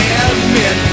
admit